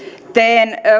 teen